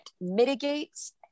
mitigates